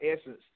Essence